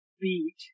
beat